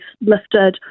lifted